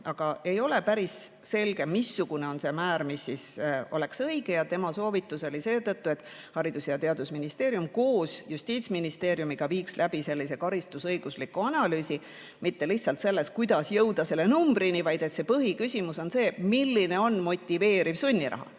Aga ei ole päris selge, missugune on see määr, mis oleks õige. Tema soovitus oli seetõttu, et Haridus‑ ja Teadusministeerium koos Justiitsministeeriumiga viiksid läbi karistusõigusliku analüüsi, mitte lihtsalt selle kohta, kuidas jõuda selle numbrini, vaid põhiküsimus oleks see, milline on motiveeriv sunniraha,